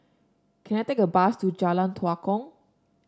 can I take a bus to Jalan Tua Kong